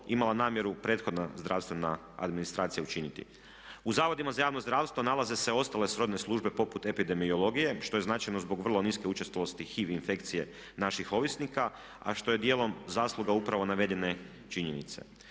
imala namjeru prethodna zdravstvena administracija učiniti. U zavodima za javno zdravstvo nalaze se ostale srodne službe poput epidemiologije što je značajno zbog vrlo niske učestalosti HIV infekcije naših ovisnika, a što je dijelom zasluga upravo navedene činjenice.